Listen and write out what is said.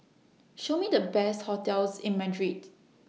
Show Me The Best hotels in Madrid